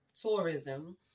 tourism